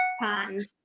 pond